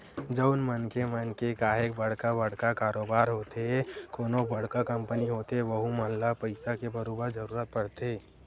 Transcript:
जउन मनखे मन के काहेक बड़का बड़का कारोबार होथे कोनो बड़का कंपनी होथे वहूँ मन ल पइसा के बरोबर जरूरत परथे